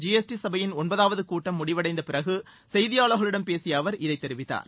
G S T சபையின் ஒன்பதாவது கூட்டம் முடிவடைந்த பிறகு செய்தியாளர்களிடம் பேசிய அவர் இதைத் தெரிவித்தார்